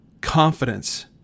confidence